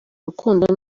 rukundo